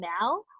now